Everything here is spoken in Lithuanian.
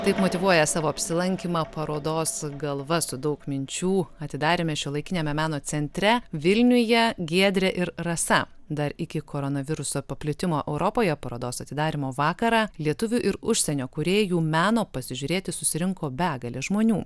taip motyvuoja savo apsilankymą parodos galva su daug minčių atidaryme šiuolaikiniame meno centre vilniuje giedrė ir rasa dar iki koronaviruso paplitimo europoje parodos atidarymo vakarą lietuvių ir užsienio kūrėjų meno pasižiūrėti susirinko begalė žmonių